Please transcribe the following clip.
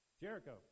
Jericho